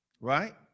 Right